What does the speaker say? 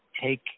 take